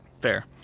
Fair